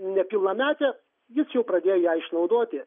nepilnametę jis jau pradėjo ją išnaudoti